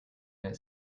that